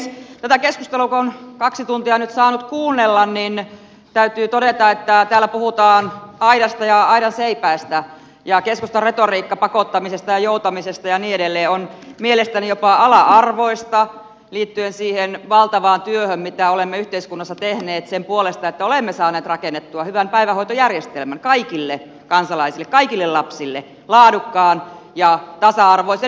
tätä keskustelua kun on kaksi tuntia nyt saanut kuunnella niin täytyy todeta että täällä puhutaan aidasta ja aidanseipäistä ja keskustan retoriikka pakottamisesta ja joutumisesta ja niin edelleen on mielestäni jopa ala arvoista liittyen siihen valtavaan työhön mitä olemme yhteiskunnassa tehneet sen puolesta että olemme saaneet rakennettua hyvän päivähoitojärjestelmän kaikille kansalaisille kaikille lapsille laadukkaan ja tasa arvoisen ja hyvän